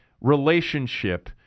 relationship